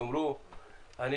אני